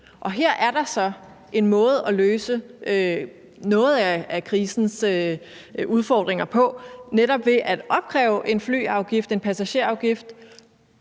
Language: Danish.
her er der så en måde at løse en del af krisens udfordringer på, netop ved at opkræve en flyafgift, en passagerafgift,